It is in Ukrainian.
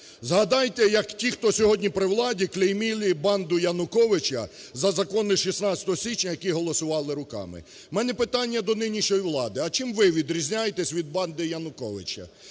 Згадайте, як ті, хто сьогодні при владі, клеймили банду Януковича за закони 16 січня, які голосували руками. У мене питання до нинішньої влади: а чим ви відрізняєтесь від банди Януковича?